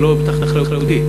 וזה לא תחת אחריותי,